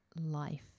life